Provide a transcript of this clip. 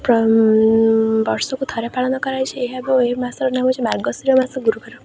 ବର୍ଷକୁ ଥରେ ପାଳନ କରାଯାଏ ଏହା ଏହି ମାସର ନାଁ ହେଉଛି ମାର୍ଗଶୀର ମାସ ଗୁରୁବାର